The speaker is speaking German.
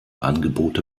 angebote